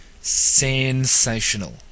Sensational